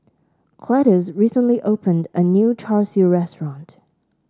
Cletus recently opened a new Char Siu restaurant